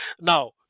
Now